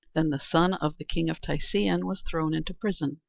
then the son of the king of tisean was thrown into prison,